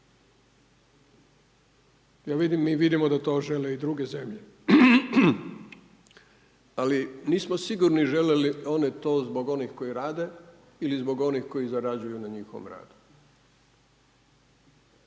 Ja vidim, mi vidimo da to žele i druge zemlje, ali nismo sigurni žele li one to zbog onih koji rade ili zbog onih koji zarađuju na njihovom radu.